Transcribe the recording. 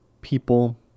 people